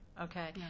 Okay